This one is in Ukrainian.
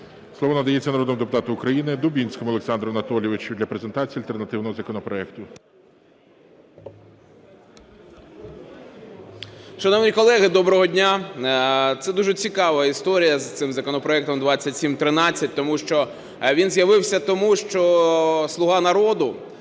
Слово надається народному депутату України Дубінському Олександру Анатолійовичу для презентації альтернативного законопроекту. 14:50:47 ДУБІНСЬКИЙ О.А. Шановні колеги, доброго дня! Це дуже цікава історія з цим законопроектом 2713, тому що він з'явився тому, що "Слуга народу"